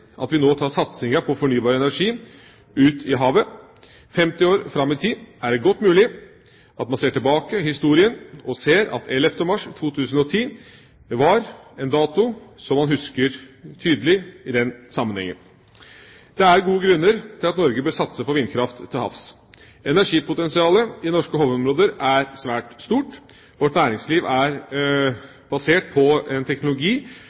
at vi nå tar satsinga på fornybar energi ut i havet! 50 år fram i tid er det godt mulig at når man ser tilbake i historien, ser man at 11. mars 2010 er en dato som man husker tydelig i den sammenhengen. Det er gode grunner til at Norge bør satse på vindkraft til havs. Energipotensialet i norske havområder er svært stort. Vårt næringsliv er basert på en teknologi